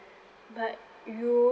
but you